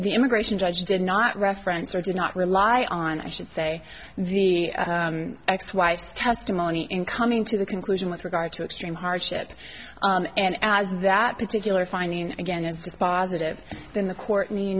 the immigration judge did not reference or did not rely on i should say the ex wife's testimony in coming to the conclusion with regard to extreme hardship and as that particular finding again is dispositive in the court